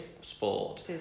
sport